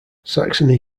saxony